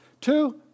Two